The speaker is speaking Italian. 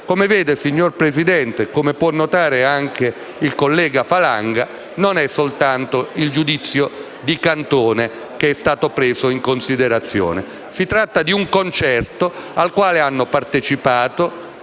Come vede, signor Presidente, e come può notare anche il collega Falanga, non è soltanto il giudizio di Cantone ad essere stato preso in considerazione: si tratta di un concerto, al quale hanno partecipato